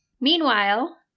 Meanwhile